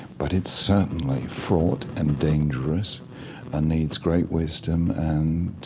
but it's certainly fraught and dangerous and needs great wisdom and